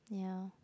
ya